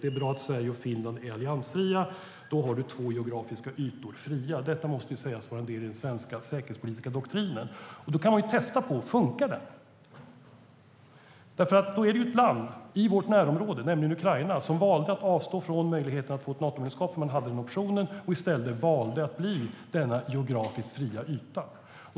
Det är bra att Sverige och Finland är alliansfria. Då är två geografiska ytor fria. Detta måste sägas vara en del i den svenska säkerhetspolitiska doktrinen. Funkar den? Ett land i vårt närområde, nämligen Ukraina, valde att avstå från möjligheten att få ett Natomedlemskap och valde i stället att bli denna geografiskt fria yta.